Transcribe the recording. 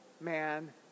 man